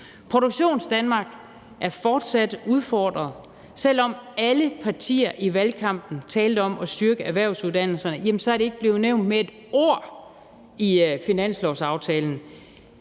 Produktionsdanmark er fortsat udfordret. Selv om alle partier i valgkampen talte om at styrke erhvervsuddannelserne, er det ikke blevet nævnt med et ord i finanslovsaftalen.